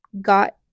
got